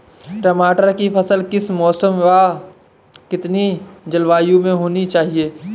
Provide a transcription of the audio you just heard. टमाटर की फसल किस मौसम व कितनी जलवायु में होनी चाहिए?